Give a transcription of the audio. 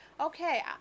Okay